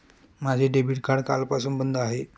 माझे debit card कालपासून बंद आहे